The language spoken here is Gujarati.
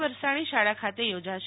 વરસાણી શાળા ખાતે યોજાશે